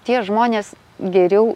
tie žmonės geriau